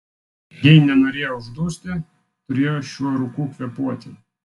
jei nenorėjo uždusti turėjo šiuo rūku kvėpuoti